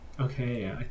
Okay